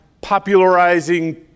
popularizing